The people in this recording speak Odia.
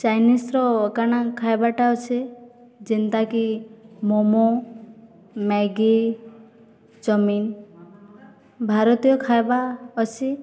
ଚାଇନିଜର କାଣା ଖାଇବାଟା ଅଛେ ଯେନ୍ତାକି ମୋମୋ ମ୍ୟାଗି ଚାଉମିନ୍ ଭାରତୀୟ ଖାଇବା ଅଛି